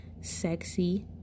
sexy